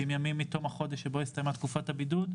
ימים מתום החודש שבו הסתיימה תקופת הבידוד,